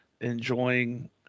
enjoying